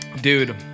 dude